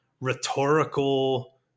rhetorical